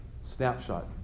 Snapshot